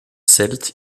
celtes